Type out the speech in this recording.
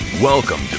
Welcome